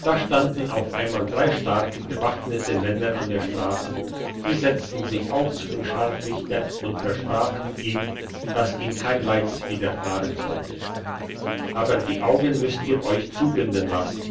da standen auf einmal drei starke bewaffnete männer an der strasse die setzten sich auch zu dem scharfrichter und versprachen ihm dass ihm kein leids widerfahren sollte aber die augen müsst ihr euch zubinden lassen